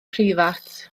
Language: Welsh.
preifat